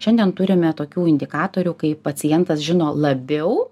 šiandien turime tokių indikatorių kai pacientas žino labiau